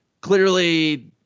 clearly